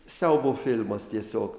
siaubo filmas tiesiog